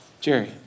Jerry